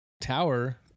tower